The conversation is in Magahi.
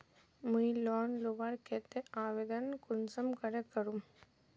मुई लोन लुबार केते आवेदन कुंसम करे करूम?